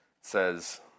says